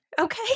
okay